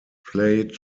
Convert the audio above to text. plate